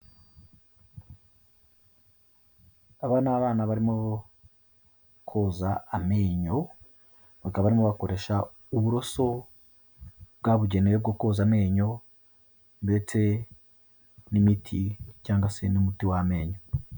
Aba ni abana barimo koza ameny, bakaba barimo bakoresha uburoso bwabugenewe bwo koza amenyo, ndetse n'imiti cyangwa se n'umuti w'amenyo.